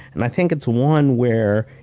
and i think it's one where,